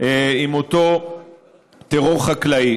עם אותו טרור חקלאי.